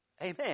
Amen